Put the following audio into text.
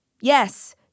Yes